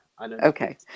Okay